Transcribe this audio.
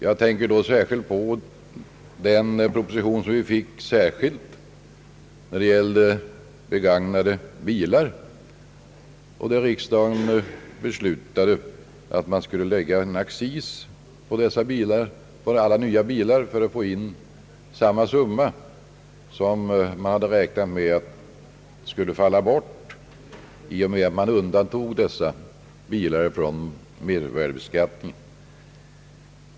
Jag tänker då särskilt på förslaget i den proposition som vi nyligen behandlade beträffande beskattningen av begagnade bilar, då riksdagen beslöt att lägga en accis på alla nya bilar för att få in samma summa som man räknat med skall bortfalla i och med att begagnade bilar undantas från mervärdeskatten.